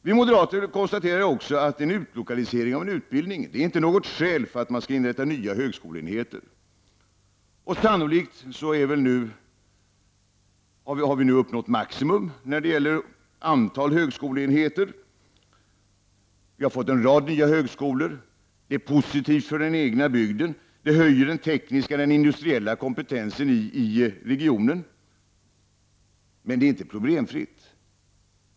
Vi moderater konstaterar också att en utlokalisering av en utbildning inte är något skäl för att man skall inrätta nya högskoleenheter. Sannolikt har vi nu uppnått maximum när det gäller antalet högskoleenheter. Vi har fått en rad nya högskolor. Det är positivt för den egna bygden, och det höjer den tekniska och industriella kompetensen i regionen, men det är inte problemfritt.